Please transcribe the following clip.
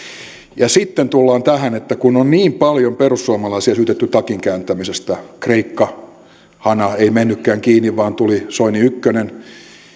sitten tullaan tähän että kun on niin paljon perussuomalaisia syytetty takinkääntämisestä kreikka hana ei mennytkään kiinni vaan tuli soini ykkönen